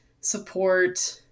support